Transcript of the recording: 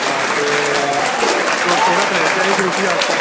आं ते दो सौ गै प्लेट चाहिदे रुट्टी आस्तै